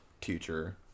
teacher